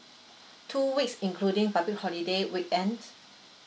two weeks including public holiday weekends